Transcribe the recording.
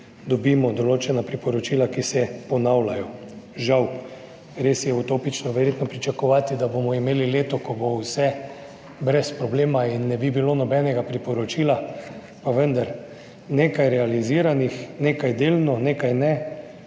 dobimo določena priporočila, ki se ponavljajo, žal. Res je verjetno utopično pričakovati, da bomo imeli leto, ko bo vse brez problema in ne bi bilo nobenega priporočila, pa vendar, nekaj realiziranih, nekaj delno, nekaj ne,